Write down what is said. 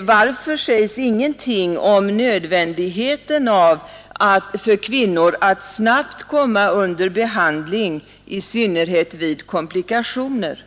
Varför sägs ingenting om nödvändigheten av att kvinnor snabbt kommer under behandling, i synnerhet vid komplikationer?